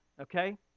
okay